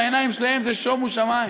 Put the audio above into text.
בעיניים שלהם זה שומו שמים.